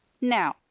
now